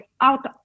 out